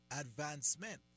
advancement